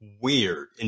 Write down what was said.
weird